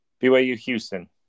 BYU-Houston